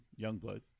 Youngblood